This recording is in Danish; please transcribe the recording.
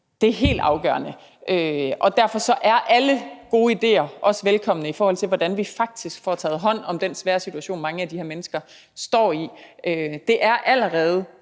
mange, helt afgørende, og derfor er alle gode idéer også velkomne, i forhold til hvordan vi faktisk får taget hånd om den svære situation, mange af de her mennesker står i. Det er allerede